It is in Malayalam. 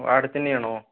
അവിടെ തന്നെയാണോ